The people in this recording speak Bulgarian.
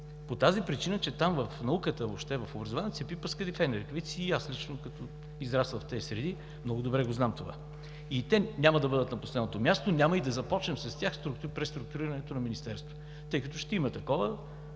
по причина, че там – в науката, в образованието, се пипа с кадифени ръкавици. Аз лично, като израсъл в тези среди, много добре знам това и те няма да бъдат на последното място, няма и да започнем с тях преструктурирането на Министерството, тъй като ще има такова.